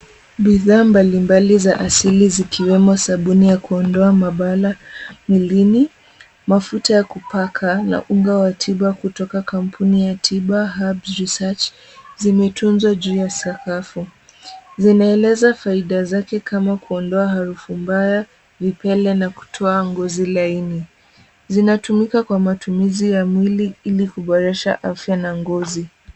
Bidhaa mbalimbali za asili zikiwemo sabuni ya kuondoa mabala mwilini, mafuta ya kupaka, na unga wa tiba kutoka kampuni ya Tiba Hubs Research zimetunzwa juu ya sakafu. Zinaeleza faida zake kama kuondoa harufu mbaya, vipele, na kutoa ngozi laini. Zinatumika kwa matumizi ya mwili ili kuboresha afya na ngozi.